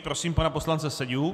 Prosím pana poslance Seďu.